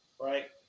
right